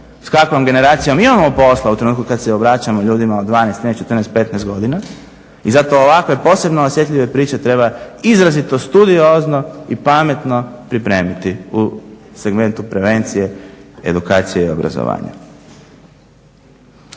s kakvom generacijom imamo posla u trenutku kad se obraćamo ljudima od 12,13,14,15 godina i zato ovakve posebno osjetljive priče treba izrazito studiozno i pametno pripremiti u segmentu prevencije, edukacije i obrazovanja.